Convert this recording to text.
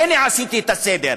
הנה, עשיתי סדר"